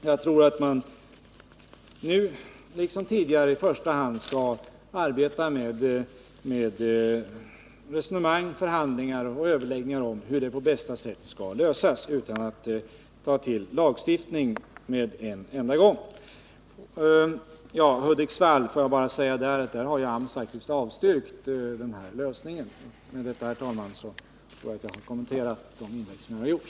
Jag tror att man nu liksom tidigare i första hand skall arbeta med resonemang, förhandlingar och överläggningar om hur problemet på bästa sätt skall lösas och inte ta till lagstiftning med en enda gång. Får jag sedan bara beträffande Hudiksvall säga att där har AMS faktiskt avstyrkt den lösning Tommy Franzén kritiserar. Med detta, herr talman, tror jag att jag har kommenterat de inlägg som gjorts.